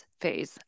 phase